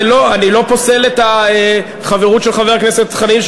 אני לא פוסל את החברות של חבר הכנסת חנין,